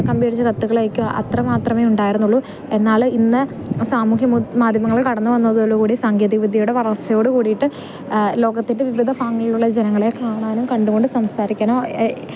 കമ്പിയടിച്ച് കത്തുകൾ അയക്കുക അത്ര മാത്രമേ ഉണ്ടായിരുന്നുള്ളു എന്നാൽ ഇന്ന് സാമൂഹ്യ മാധ്യമങ്ങൾ കടന്നു വന്നതോടുകൂടി സാങ്കേതിക വിദ്യയുടെ വളർച്ചയോടുകൂടിയിട്ട് ലോകത്തിൻ്റെ വിവിധ ഭാഗങ്ങളിലുള്ള ജനങ്ങളെ കാണാനും കണ്ടുകൊണ്ടു സംസാരിക്കാനോ